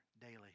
daily